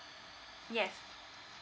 yes